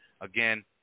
Again